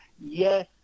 Yes